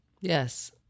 Yes